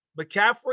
McCaffrey